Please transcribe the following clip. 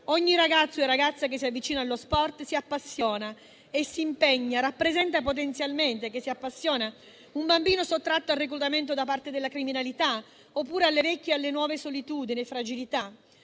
Ogni ragazzo e ragazza che si avvicina allo sport, che si appassiona e si impegna, rappresenta potenzialmente un bambino sottratto al reclutamento da parte della criminalità oppure alle vecchie e nuove solitudini e fragilità.